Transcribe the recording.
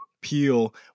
peel